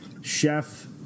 chef